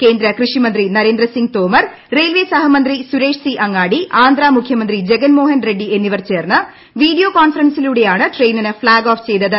കേന്ദ്ര കൃഷി മന്ത്രി നരേന്ദ്ര സിംഗ് തോമർ റെയിൽവേ സഹമന്ത്രി സുരേഷ് സി അങ്ങാടി ആന്ധ്ര മുഖ്യമന്ത്രി ജഗൻ മോഹൻ റെഡ്ഡി എന്നിവർ ചേർന്ന് വീഡിയോ കോൺഫറൻസിലൂടെയാണ് ട്രെയിനിന് ഫ്ളാഗ് ഓഫ് ചെയ്തത്